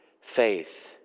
faith